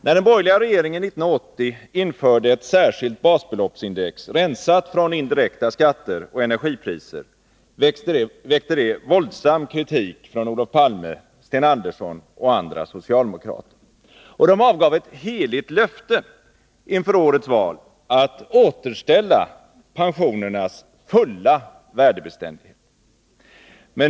När den borgerliga regeringen 1980 införde ett särskilt basbeloppsindex, rensat från indirekta skatter och energipriser, väckte det våldsam kritik från Olof Palme, Sten Andersson och andra socialdemokrater. De avgav ett heligt löfte inför årets val att återställa pensionernas fulla värdebeständighet.